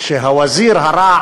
שהווזיר הרע